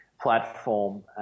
platform